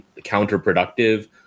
counterproductive